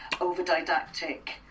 over-didactic